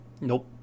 Nope